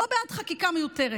לא בעד חקיקה מיותרת.